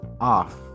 off